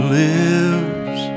lives